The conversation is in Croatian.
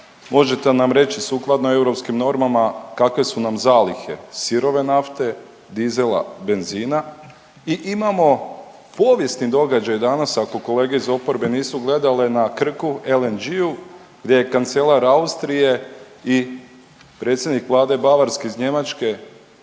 Možete li nam reći sukladno europskim normama kakve su nam zalihe sirove nafte, dizela, benzina i imamo povijesni događaj danas ako kolege iz oporbe nisu gledale na Krku LNG-u gdje je kancelar Austrije i predsjednik Vlade Bavarske iz Njemačke